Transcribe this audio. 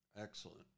Excellent